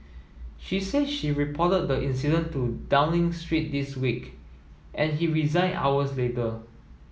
she say she reported the incident to Downing Street this week and he resigned hours later